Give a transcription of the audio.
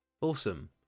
Awesome